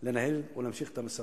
לניהול או להמשך המשא-ומתן.